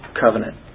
covenant